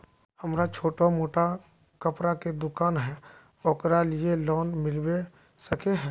हमरा छोटो मोटा कपड़ा के दुकान है ओकरा लिए लोन मिलबे सके है?